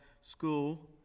school